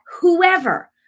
whoever